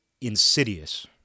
insidious